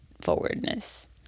forwardness